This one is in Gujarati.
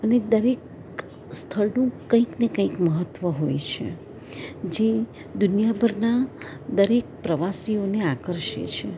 અને દરેક સ્થળનું કંઈક ને ઈક મહત્વ હોય છે જે દુનિયા ભરના દરેક પ્રવાસીઓને આકર્ષે છે